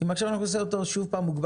אם עכשיו אנחנו נגביל אותו שוב בזמן,